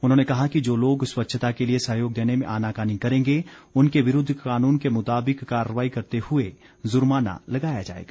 उन्होंने कहा कि जो लोग स्वच्छता के लिए सहयोग देने में आनाकानी करेंगे उनके विरूद्ध कानून के मुताबिक कार्रवाई करते हुए जुर्माना लगाया जाएगा